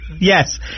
Yes